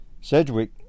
Sedgwick